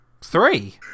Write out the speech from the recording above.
Three